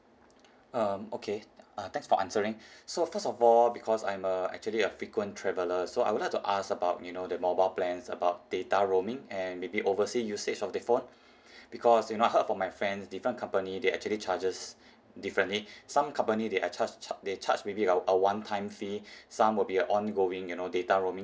um okay uh thanks for answering so first of all because I'm a actually a frequent traveller so I would like to ask about you know the mobile plans about data roaming and maybe oversea usage of the phone because you know I heard from my friends different company they actually charges differently some company they have charge charge they charge maybe a a one-time fee some will be on going you know data roaming